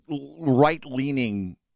right-leaning